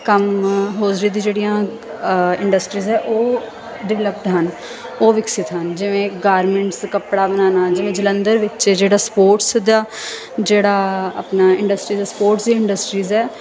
ਕੰਮ ਹੌਜ਼ਰੀ ਦੀ ਜਿਹੜੀਆਂ ਇੰਡਸਟਰੀਜ ਹੈ ਉਹ ਡਿਵਲਪਡ ਹਨ ਉਹ ਵਿਕਸਤ ਹਨ ਜਿਵੇਂ ਗਾਰਮੈਂਟਸ ਕੱਪੜਾ ਬਣਾਉਣਾ ਜਿਵੇਂ ਜਲੰਧਰ ਵਿੱਚ ਜਿਹੜਾ ਸਪੋਰਟਸ ਦਾ ਜਿਹੜਾ ਆਪਣਾ ਇੰਡਸਟਰੀ ਦਾ ਸਪੋਰਟਸ ਇੰਡਸਟਰੀਜ ਹੈ